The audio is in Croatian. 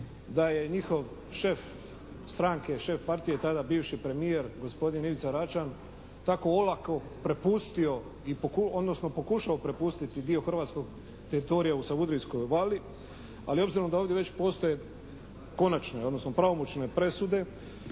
da je njihov šef stranke, šef Partije tada bivši premijer gospodin Ivica Račan tako olako prepustio odnosno pokušao prepustiti dio hrvatskog teritorija u Savudrijskoj Vali ali s obzirom da ovdje već postoje konačne odnosno pravomoćne presude,